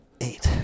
eight